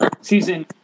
Season